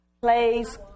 plays